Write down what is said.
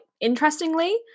interestingly